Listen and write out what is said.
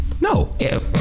no